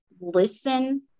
listen